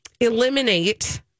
eliminate